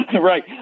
Right